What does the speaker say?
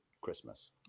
Christmas